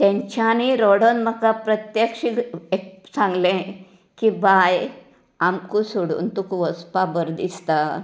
तेंच्यानीं रडोन म्हाका प्रत्यक्ष सांगले की बाय आमकां सोडून तुकां वचपाक बरें दिसता